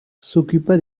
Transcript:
s’occupa